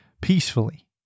peacefully